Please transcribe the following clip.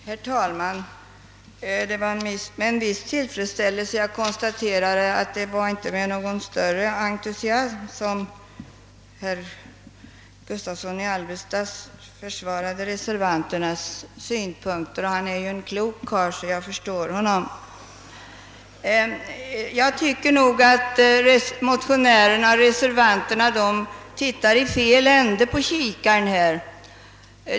Herr talman! Jag konstaterade med en viss tillfredsställelse att det inte var med någon större entusiasm som herr Gustavsson i Alvesta försvarade reservanternas synpunkter — han är ju en klok karl, så jag förstår honom. Jag tycker att motionärerna och reservanterna betraktar det hela genom fel ände på kikaren.